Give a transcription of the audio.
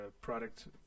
product